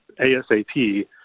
ASAP